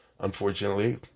Unfortunately